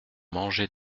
mangé